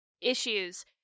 issues